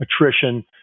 attrition